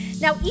Now